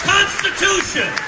Constitution